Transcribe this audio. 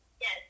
Yes